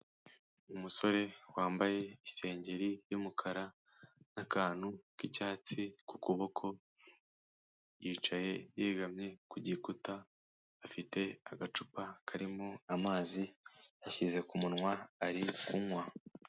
Umusore wambaye isengeri y'umukara n'akantu k'icyatsi ku kuboko, yicaye yegamye ku gikuta, afite agacupa karimo amazi yashyize ku munwa ari kunywa.